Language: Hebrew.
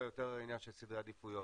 זה יותר עניין של סדרי עדיפויות.